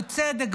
בצדק,